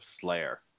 Slayer